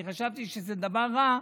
אני חשבתי שזה דבר רע,